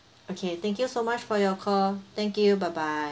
okay thank you so much for your call thank you bye bye